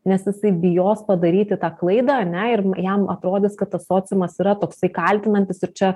nes jisai bijos padaryti tą klaidą ane ir jam atrodys kad tas sociumas yra toksai kaltinantis ir čia